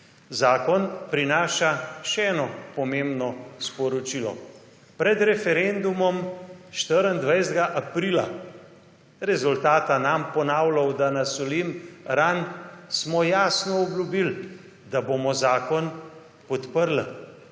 Zakon prinaša še eno pomembno sporočilo. Pred referendumom 24. aprila - rezultata ne bom ponavljala, da ne solim ran – smo jasno obljubili, da bomo zakon podprli.